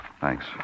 Thanks